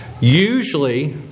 usually